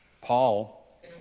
Paul